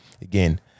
again